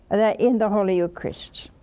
ah yeah in the holy eucharist.